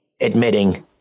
admitting